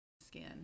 skin